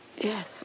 Yes